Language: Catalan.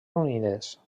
unides